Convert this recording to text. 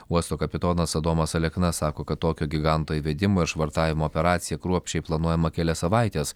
uosto kapitonas adomas alekna sako kad tokio giganto įvedimo ir švartavimo operacija kruopščiai planuojama kelias savaites